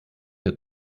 der